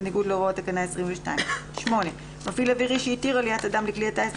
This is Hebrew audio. בניגוד להוראות תקנה 22. מפעיל אווירי שהתיר עליית אדם לכלי הטיס,